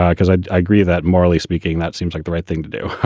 because i agree that morally speaking, that seems like the right thing to do.